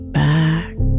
back